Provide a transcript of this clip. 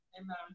Amen